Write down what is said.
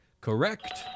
correct